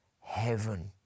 heaven